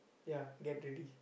ya get ready